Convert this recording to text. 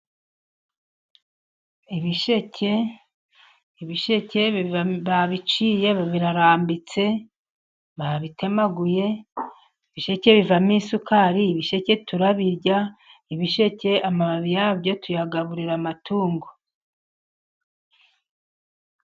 Ibisheke babiciye birarambitse babitemaguye, bisheke bivamo isukari, ibisheke turabirya, ibisheke amababi yabyo tuyagaburira amatungo.